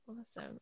Awesome